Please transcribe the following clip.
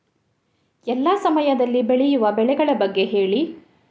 ಎಲ್ಲಾ ಸಮಯದಲ್ಲಿ ಬೆಳೆಯುವ ಬೆಳೆಗಳ ಬಗ್ಗೆ ಹೇಳಿ